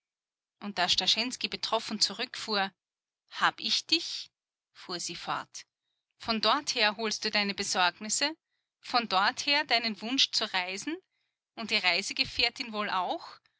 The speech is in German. und da starschensky betroffen zurückfuhr hab ich dich fuhr sie fort von dort her holst du deine besorgnisse von dorther deinen wunsch zu reisen und die reisegefährtin wohl auch